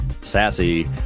sassy